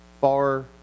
far